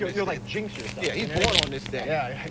you like jinx yourself. yeah he's born on this day.